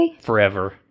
forever